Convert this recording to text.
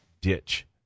ditch